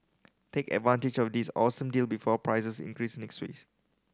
take advantage of this awesome deal before prices increase next